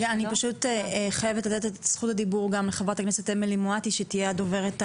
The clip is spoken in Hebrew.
אתה מאוד מאוד צודק, שבני הנוער צריכים את